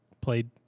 played